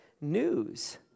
news